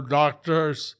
doctors